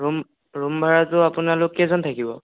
room room ভাড়াটো আপোনালোক কেইজন থাকিব